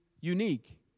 unique